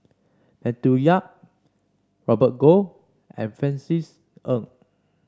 Matthew Yap Robert Goh and Francis Ng